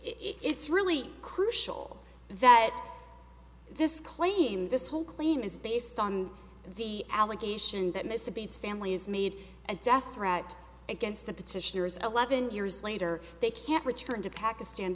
it's really crucial that this claim this whole claim is based on the allegation that mr bates family has made a death threat against the petitioner is eleven years later they can't return to pakistan